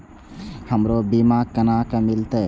हमरो बीमा केना मिलते?